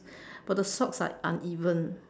but the socks are uneven